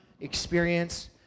experience